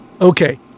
Okay